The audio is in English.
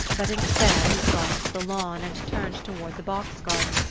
but instead, he crossed the lawn and turned toward the box-garden.